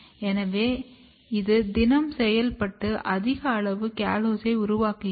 எனவே இது தினம் செயல்பட்டு அதிக அளவு கால்சோஸை உருவாக்குகிறது